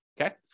Okay